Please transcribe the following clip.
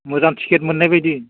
मोजां टिकेट मोननाय बायदि